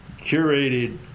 curated